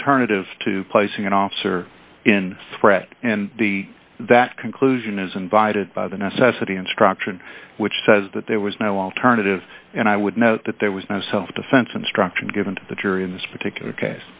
alternative to placing an officer in threat and the that conclusion is invited by the necessity instruction which says that there was no alternative and i would note that there was no self defense instruction given to the jury in this particular case